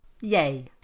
yay